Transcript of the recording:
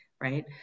right